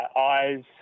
eyes